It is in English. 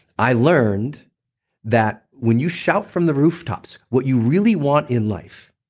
i learned that when you shout from the rooftops what you really want in life,